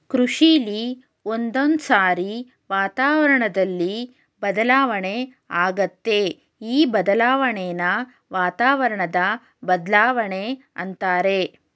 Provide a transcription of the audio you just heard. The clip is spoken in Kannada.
ಕೃಷಿಲಿ ಒಂದೊಂದ್ಸಾರಿ ವಾತಾವರಣ್ದಲ್ಲಿ ಬದಲಾವಣೆ ಆಗತ್ತೆ ಈ ಬದಲಾಣೆನ ವಾತಾವರಣ ಬದ್ಲಾವಣೆ ಅಂತಾರೆ